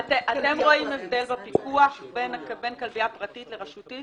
אתם רואים הבדל בפיקוח בין כלבייה פרטית לרשותית?